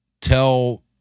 tell